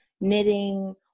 knitting